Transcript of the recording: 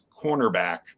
cornerback